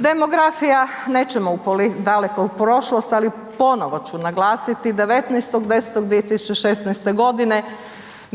Demografija, nećemo daleko u prošlost ali ponovo ću naglasiti, 19. 10. 2016. g.